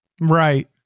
Right